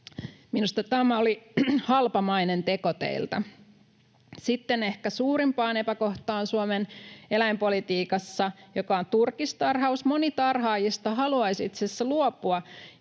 Minusta tämä oli halpamainen teko teiltä. Sitten ehkä suurimpaan epäkohtaan Suomen eläinpolitiikassa, joka on turkistarhaus. Moni tarhaajista haluaisi itse asiassa jo luopua